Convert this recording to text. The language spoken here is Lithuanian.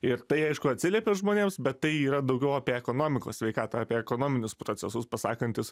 ir tai aišku atsiliepia žmonėms bet tai yra daugiau apie ekonomikos sveikatą apie ekonominius procesus pasakantis